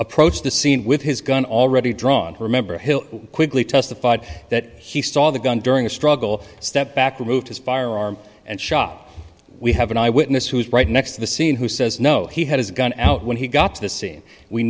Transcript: approached the scene with his gun already drawn remember him quickly testified that he saw the gun during a struggle stepped back remove his firearm and shot we have an eyewitness who is right next to the scene who says no he had his gun out when he got to the scene we